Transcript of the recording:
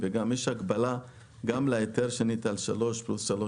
ויש הגבלה גם להיתר שניתן 3 פלוס 3,